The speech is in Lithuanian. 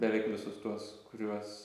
beveik visus tuos kuriuos